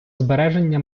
збереження